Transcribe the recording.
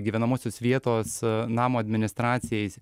gyvenamosios vietos namo administracijai